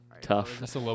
Tough